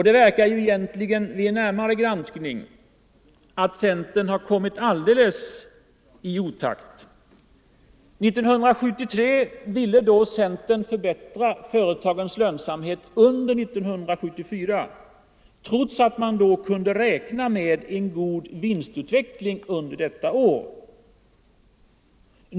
Det verkar vid en närmare granskning som om centern har kommit alldeles i otakt. År 1973 ville centern förbättra lönsamheten under 1974, trots att man då kunde räkna med god vinstutveckling detta år.